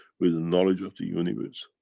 with the knowledge of the universe.